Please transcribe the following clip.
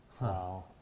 Wow